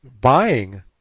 buying